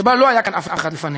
שבה לא היה כאן אף אחד לפנינו,